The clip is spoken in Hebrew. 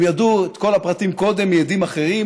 הם ידעו את כל הפרטים קודם מעדים אחרים,